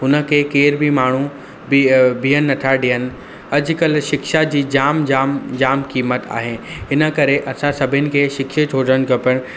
हुनखे केर बि माण्हू बीह बिहण नथा ॾियण अॼुकल्ह शिक्षा जी जाम जाम जाम क़ीमत आहे हिन करे असां सभिनि खे शिक्षित हुजनि खपनि